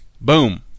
boom